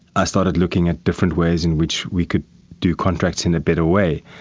i started looking at different ways in which we could do contracts in a better way,